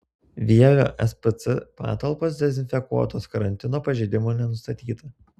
vievio spc patalpos dezinfekuotos karantino pažeidimų nenustatyta